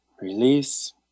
release